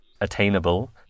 attainable